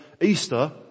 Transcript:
Easter